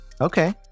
okay